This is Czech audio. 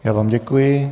Já vám děkuji.